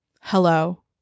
Hello